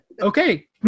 okay